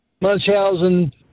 Munchausen